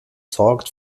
sorgt